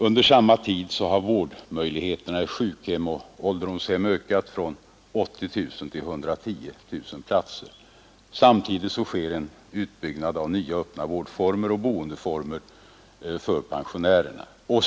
Under samma tid har vårdmöjligheterna i sjukhem och ålderdomshem ökat från 80 000 till 110 000 platser. Samtidigt sker en utbyggnad av nya öppna vårdformer och boendeformer för pensionärerna.